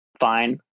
fine